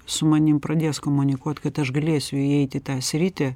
su manim pradės komunikuot kad aš galėsiu įeiti į tą sritį